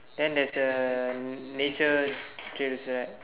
then there's a nature trails right